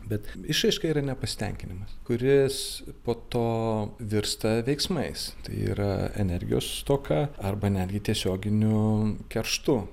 bet išraiška yra nepasitenkinimas kuris po to virsta veiksmais tai yra energijos stoka arba netgi tiesioginiu kerštu